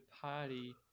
party